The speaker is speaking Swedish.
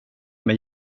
med